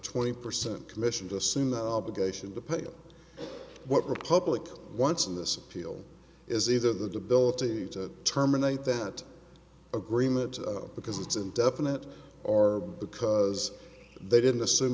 twenty percent commission to assume the obligation to pay what republic once in this appeal is either the debility to terminate that agreement because it's indefinite are because they didn't assume